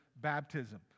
baptism